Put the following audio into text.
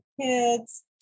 kids